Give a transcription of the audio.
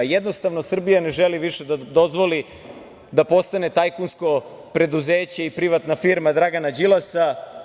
Jednostavno, Srbija ne želi više da dozvoli da postane tajkunsko preduzeće i privatna firma Dragana Đilasa.